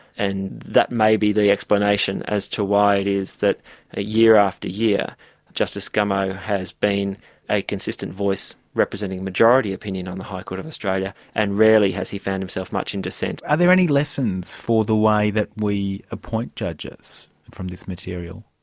and that may be the explanation as to why it is that ah year after year justice gummow has been a consistent voice representing majority opinion on the high court of australia, and rarely has he found himself much in dissent. are there any lessons for the way that we appoint judges from this material?